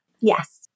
Yes